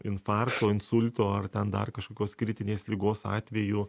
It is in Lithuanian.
infarkto insulto ar ten dar kažkokios kritinės ligos atveju